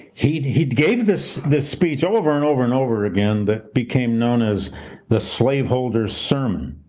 he he gave this this speech over and over and over again that became known as the slaveholder's sermon.